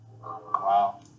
Wow